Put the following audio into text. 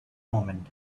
moment